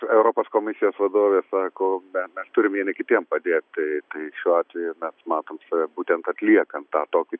europos komisijos vadovė sako ne mes turim vieni kitiem padėt tai tai šiuo atveju mes matom save būtent atliekant tą tokį